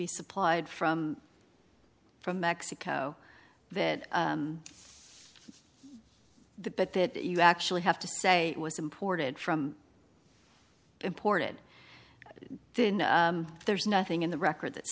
be supplied from from mexico that the but that you actually have to say it was imported from imported then there's nothing in the record that